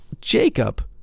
Jacob